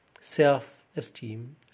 self-esteem